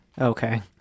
Okay